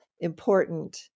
important